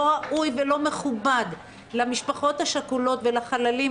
לא ראוי ולא מכובד למשפחות השכולות ולחללים,